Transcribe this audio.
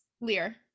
lear